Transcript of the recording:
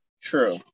True